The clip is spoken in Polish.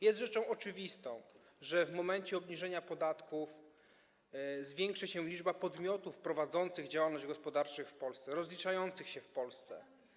Jest rzeczą oczywistą, że w momencie obniżenia podatków zwiększy się liczba podmiotów prowadzących działalność gospodarczą w Polsce i rozliczających się w Polsce.